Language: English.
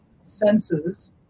senses